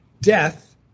death